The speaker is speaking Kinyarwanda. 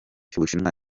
cy’ubushinwa